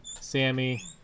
Sammy